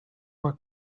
were